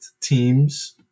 teams